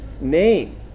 name